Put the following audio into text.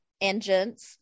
engines